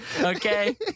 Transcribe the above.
Okay